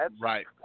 Right